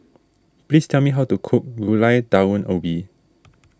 please tell me how to cook Gulai Daun Ubi